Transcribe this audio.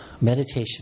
meditation